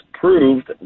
proved